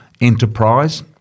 enterprise